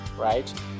right